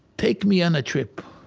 take me on a trip.